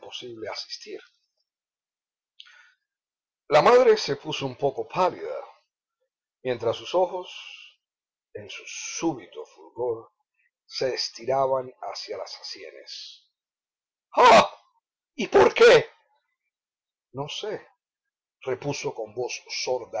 imposible asistir la madre se puso un poco pálida mientras sus ojos en un súbito fulgor se estiraban hacia las sienes ah y por qué no sé repuso con voz